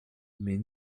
mais